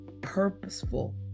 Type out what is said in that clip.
purposeful